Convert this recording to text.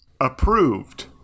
Approved